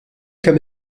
kemm